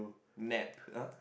nap uh